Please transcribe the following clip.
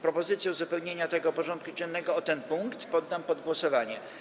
Propozycję uzupełnienia porządku dziennego o ten punkt poddam pod głosowanie.